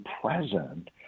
present